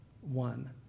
one